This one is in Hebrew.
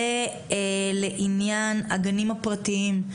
לעניין הגנים הפרטיים.